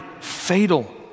fatal